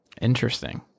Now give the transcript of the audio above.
Interesting